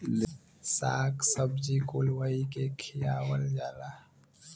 शाक सब्जी कुल वही के खियावल जाला